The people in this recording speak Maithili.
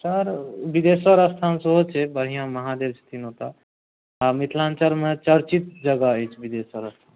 सर बिदेशर स्थान सेहो छै बढ़िआँ महादेव छथिन ओतऽ हँ मिथिलाञ्चलमे चर्चित जगह अछि बिदेशर स्थान